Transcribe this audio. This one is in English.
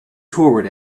toward